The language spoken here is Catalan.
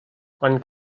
quan